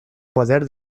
poder